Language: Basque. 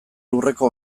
lurreko